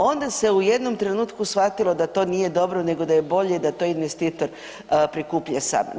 Onda se u jednom trenutku shvatilo da to nije dobro nego da je bolje da to investitor prikuplja sam.